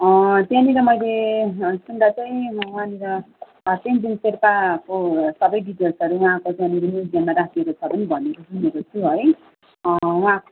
त्यहाँनिर मैले सुन्दा चाहिँ वहाँनिर तेन्जिङ शेर्पाको सबै डिटेल्सहरू उहाँको त्यहाँनिर म्युजियममा राखिएको छ पनि भनेर सुनेको छु है उहाँ